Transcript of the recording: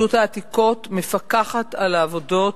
2. רשות העתיקות מפקחת על העבודות,